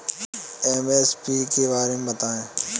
MSP के बारे में बतायें?